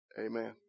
amen